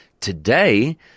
today